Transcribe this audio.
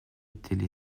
étaient